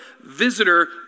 visitor